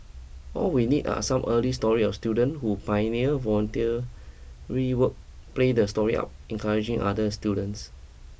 all we need are some early stories of student who pioneer voluntary work play the story up encourage other students